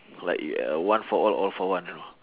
like uh one for all all for one you know